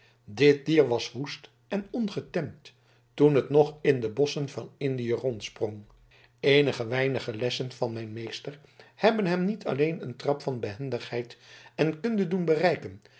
dit dier was woest en ongetemd toen het nog in de bosschen van indië rondsprong eenige weinige lessen van mijn meester hebben hem niet alleen een trap van behendigheid en kunde doen bereiken